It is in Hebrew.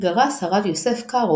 כולם מחויבים למנהג